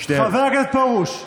חבר הכנסת פרוש,